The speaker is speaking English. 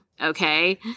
Okay